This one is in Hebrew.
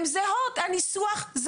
זה מה שהבנתי ממשרד המשפטים.